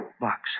Box